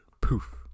Poof